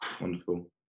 wonderful